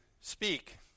speak